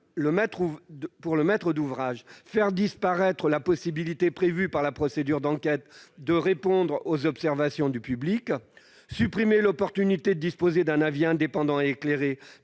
pour le maître d'ouvrage, faire disparaître la possibilité, prévue par la procédure d'enquête, de répondre aux observations du public ; supprimer l'opportunité de disposer d'un avis indépendant et éclairé,